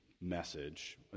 message